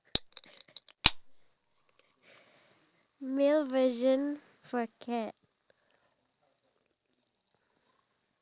yes yes yes yes yes okay let's together let's continue with the picture we have um two guys